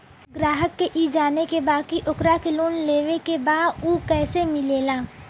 ग्राहक के ई जाने के बा की ओकरा के लोन लेवे के बा ऊ कैसे मिलेला?